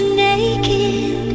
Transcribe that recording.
naked